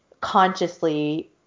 consciously